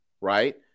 right